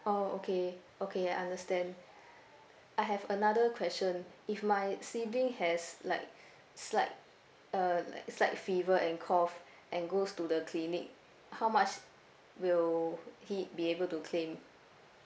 oh okay okay I understand I have another question if my sibling has like slight uh like slight fever and cough and goes to the clinic how much will he be able to claim